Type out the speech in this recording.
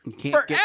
forever